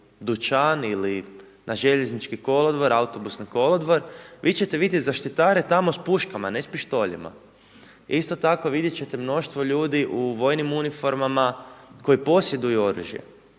dućan ili na željeznički kolodvor, autobusni kolodvor, vi ćete vidjet zaštitare tamo s puškama, ne s pištoljima. Isto tako vidjet ćete mnoštvo ljudi u vojnim uniformama koji posjeduju oružje,